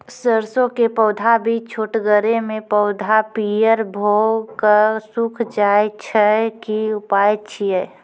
सरसों के पौधा भी छोटगरे मे पौधा पीयर भो कऽ सूख जाय छै, की उपाय छियै?